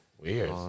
Weird